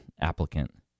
applicant